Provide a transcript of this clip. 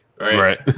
Right